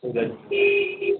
हो गया